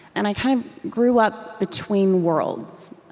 and i kind of grew up between worlds.